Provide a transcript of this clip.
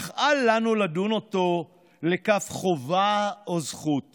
אך אל לנו לדון אותו לכף חובה או זכות